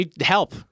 Help